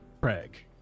Craig